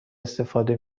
استفاده